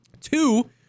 Two